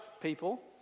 people